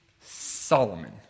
Solomon